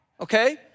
okay